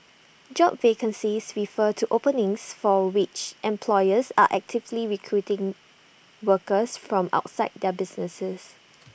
job vacancies refer to openings for which employers are actively recruiting workers from outside their businesses